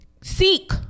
Seek